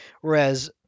Whereas